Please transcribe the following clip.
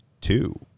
two